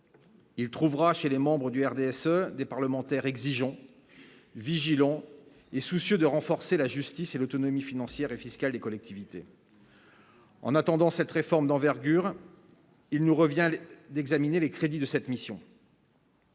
il trouvera chez les membres du RDSE des parlementaires exigeant vigilants et soucieux de renforcer la justice et l'autonomie financière et fiscale des collectivités. En attendant cette réforme d'envergure, il nous revient d'examiner les crédits de cette mission.